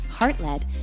heart-led